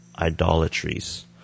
idolatries